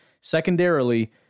Secondarily